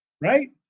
right